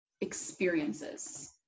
experiences